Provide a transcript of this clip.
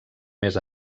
més